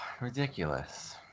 ridiculous